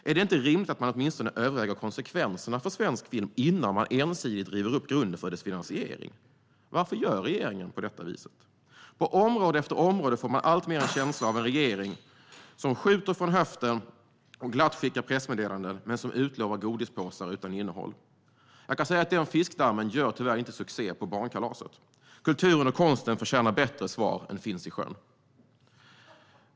Är det inte rimligt att man åtminstone överväger konsekvenserna för svensk film innan man ensidigt river upp grunden för dess finansiering? Varför gör regeringen på detta viset? På område efter område får man alltmer en känsla av en regering som skjuter från höften och glatt skickar pressmeddelanden, men som utlovar godispåsar utan innehåll. Den fiskdammen gör tyvärr inte succé på barnkalaset. Kulturen och konsten förtjänar bättre svar än "finns i sjön".